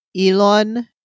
elon